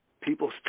people